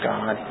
God